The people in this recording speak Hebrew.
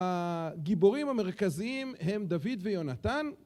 הגיבורים המרכזיים הם דוד ויונתן.